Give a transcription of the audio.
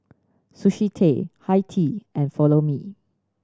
Sushi Tei Hi Tea and Follow Me